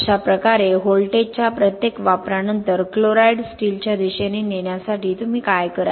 अशाप्रकारे व्होल्टेजच्या प्रत्येक वापरानंतर क्लोराईड स्टीलच्या दिशेने नेण्यासाठी तुम्ही काय कराल